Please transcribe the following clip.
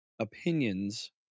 opinions